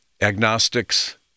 agnostics